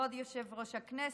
כבוד יושב-ראש הישיבה,